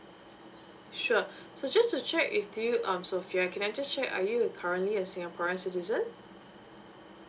sure so just to check with you um sofea can I just check are you currently a singaporean citizen